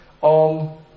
on